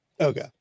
Okay